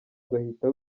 ugahita